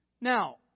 Now